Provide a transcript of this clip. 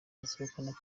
basohokana